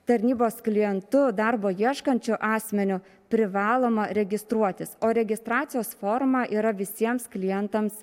tarnybos klientu darbo ieškančiu asmeniu privaloma registruotis o registracijos forma yra visiems klientams